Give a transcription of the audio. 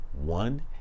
One